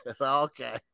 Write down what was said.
Okay